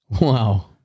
Wow